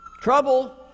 Trouble